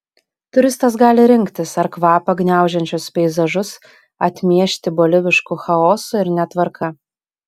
turistas gali rinktis ar kvapą gniaužiančius peizažus atmiešti bolivišku chaosu ir netvarka